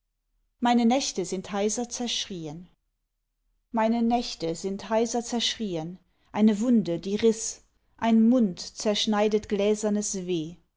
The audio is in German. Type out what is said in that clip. meine nächte sind heiser zerschrieen meine nächte sind heiser zerschrieen eine wunde die riß ein mund zerschneidet gläsernes weh